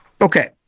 Okay